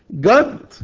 God